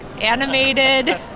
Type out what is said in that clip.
animated